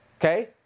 Okay